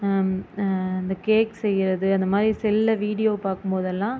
இந்த கேக் செய்கிறது அந்த மாதிரி செல்லில் வீடியோ பார்க்கும்போதெல்லாம்